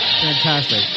Fantastic